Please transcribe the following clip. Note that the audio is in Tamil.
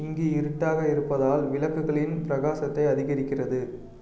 இங்கு இருட்டாக இருப்பதால் விளக்குகளின் பிரகாசத்தை அதிகரிக்கிறது